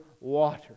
water